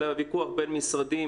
אלא ויכוח בין המשרדים,